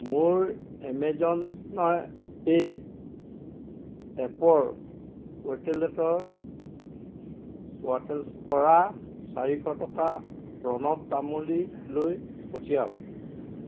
মোৰ Amazon pay এপৰ ৱালেটৰ ৱাটল পৰা চাৰিশ টকা প্ৰণৱ তামুলীলৈ পঠিয়াওক